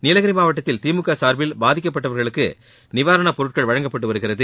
நீலகிரி மாவட்டத்தில் திமுக சார்பில் பாதிக்கப்பட்டவர்களுக்கு நிவாரணப் பொருட்கள் வழங்கப்பட்டு வருகிறது